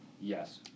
Yes